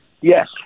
Yes